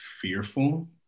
fearful